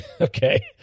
Okay